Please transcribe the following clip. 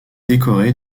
décoré